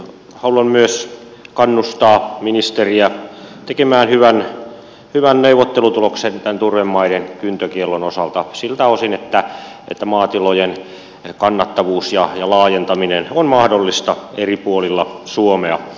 haluan myös kannustaa ministeriä tekemään hyvän neuvottelutuloksen tämän turvemaiden kyntökiellon osalta siltä osin että maatilojen kannattavuus ja laajentaminen on mahdollista eri puolilla suomea